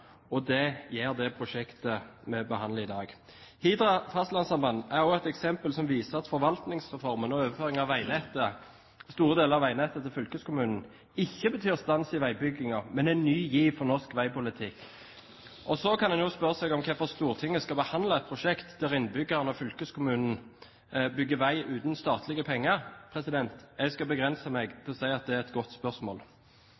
og det gjør det prosjektet vi behandler i dag. Hidra fastlandssamband er også et eksempel som viser at Forvaltningsreformen og overføring av store deler av veinettet til fylkeskommunen ikke betyr stans i veibyggingen, men en ny giv for norsk veipolitikk. Så kan en jo spørre seg hvorfor Stortinget skal behandle et prosjekt der innbyggerne og fylkeskommunen bygger vei uten statlige penger. Jeg skal begrense meg